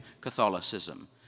Catholicism